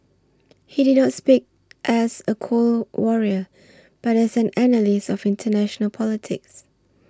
he did not speak as a Cold Warrior but as an analyst of international politics